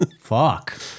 Fuck